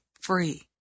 free